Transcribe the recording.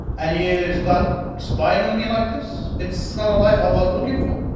and you start spying on me like this? it's not a life i was looking for.